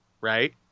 right